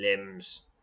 limbs